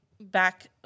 back